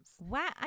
Wow